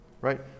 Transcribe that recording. Right